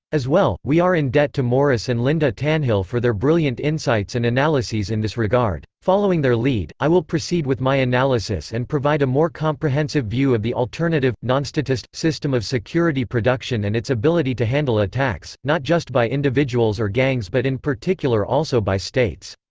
as well, we are in debt to morris and linda tannehill for their brilliant insights and analyses in this regard. following their lead, i will proceed with my analysis and provide a more comprehensive view of the alternative nonstatist system of security production and its ability to handle attacks, not just by individuals or gangs but in particular also by states.